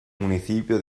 municipio